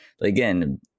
Again